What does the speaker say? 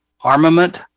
armament